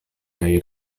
kaj